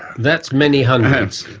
that's many hundreds.